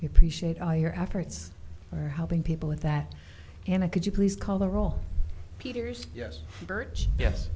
we appreciate all your efforts for helping people with that and i could you please call the role peters yes